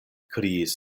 kriis